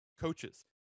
Coaches